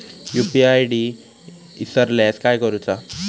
UPI ID इसरल्यास काय करुचा?